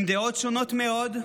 עם דעות שונות מאוד,